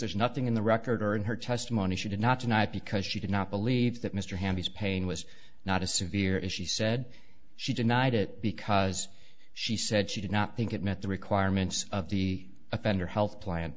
there's nothing in the record or in her testimony she did not tonight because she did not believe that mr hand his pain was not a severe if she said she denied it because she said she did not think it met the requirements of the offender health plan